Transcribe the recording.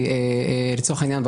לצורך העניין,